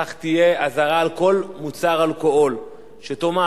כך תהיה על כל מוצר אלכוהול אזהרה שתאמר